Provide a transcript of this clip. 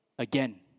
Again